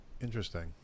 Interesting